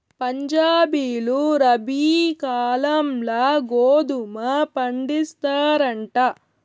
పంజాబీలు రబీ కాలంల గోధుమ పండిస్తారంట